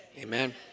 Amen